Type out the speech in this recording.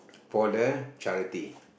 for the charity